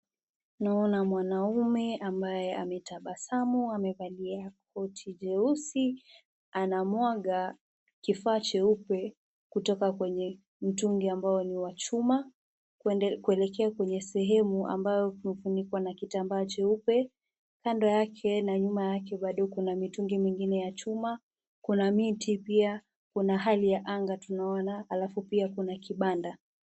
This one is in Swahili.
Naona mwanaume ambayo ametabasamu, amevalia koti jeusi anamwaga kifaa cheupe kutoka kwenye mtungi ambao ni wa chuma, kuelekea kwenye sehemu ambayo imefunikwa na kitambaa cheupe, kando yake na nyuma yake bado kuna mitungi mengine ya chuma, kuna miti pia, kuna hali ya anga tunaona. alafu pia kuna kibanda.